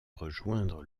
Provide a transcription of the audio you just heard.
rejoindre